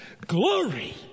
glory